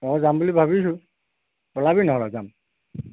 অঁ যাম বুলি ভাবিছোঁ ওলাবি নহ'লে যাম